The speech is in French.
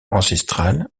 ancestrale